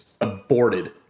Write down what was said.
aborted